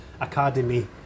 academy